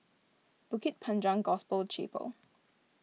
Bukit Panjang Gospel Chapel